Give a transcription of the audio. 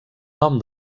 nom